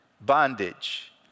bondage